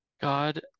god